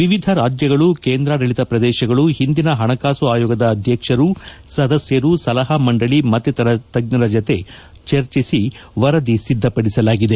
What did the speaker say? ವಿವಿಧ ರಾಜ್ಯಗಳು ಕೇಂದ್ರಾಡಳಿತ ಪ್ರದೇಶಗಳು ಹಿಂದಿನ ಹಣಕಾಸು ಆಯೋಗದ ಅಧ್ಯಕ್ಷರು ಸದಸ್ಯರು ಸಲಹಾ ಮಂಡಳ ಮತ್ತಿತರ ತಜ್ಞರ ಜತೆ ಚರ್ಚಿಸಿ ವರದಿ ಸಿದ್ಧಪಡಿಸಲಾಗಿದೆ